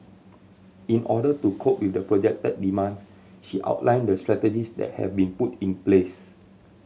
in order to cope with the projected demands she outlined the strategies that have been put in place